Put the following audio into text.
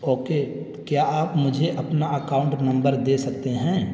okay کیا آپ مجھے اپنا اکاؤنٹ نمبر دے سکتے ہیں